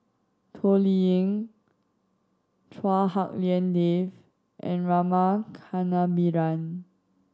Toh Liying Chua Hak Lien Dave and Rama Kannabiran